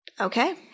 Okay